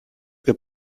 que